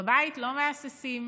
בבית לא מהססים,